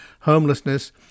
homelessness